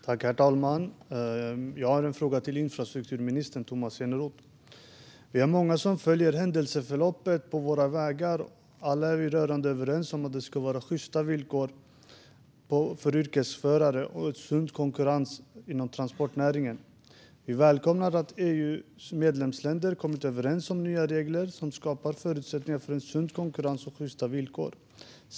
Herr talman! Jag har en fråga till infrastrukturminister Tomas Eneroth. Vi är många som följer händelseförloppet på våra vägar. Alla är vi rörande överens om att det ska vara sjysta villkor för yrkesförare och sund konkurrens inom transportnäringen. Vi välkomnar att EU:s medlemsländer har kommit överens om nya regler som skapar förutsättningar för en sund konkurrens och sjysta villkor.